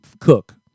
cook